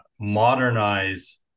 modernize